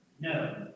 No